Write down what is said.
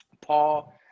paul